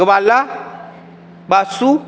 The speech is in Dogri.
गोपाला बासू